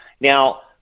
Now